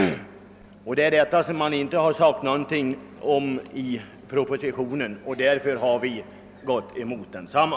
Om en sådan plan står det emellertid ingenting i propositionen, och vi har därför gått emot denna.